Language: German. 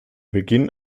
beginn